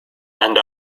and